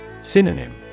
Synonym